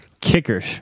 kickers